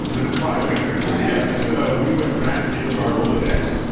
and and bioethically. yeah so we went back into our rolodex